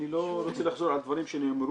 אני לא רוצה לחזור על דברים שנאמרו,